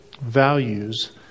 values